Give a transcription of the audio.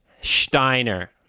Steiner